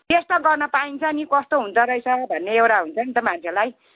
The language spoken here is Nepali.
टेस्ट त गर्न पाइन्छ नि कस्तो हुँदोरहेछ भन्ने एउटा हुन्छ नि त मान्छेलाई